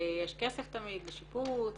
שיש כסף תמיד לשיפוץ